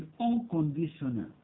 unconditional